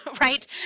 right